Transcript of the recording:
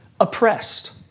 oppressed